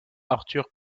arthur